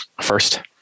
first